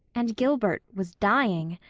and gilbert was dying!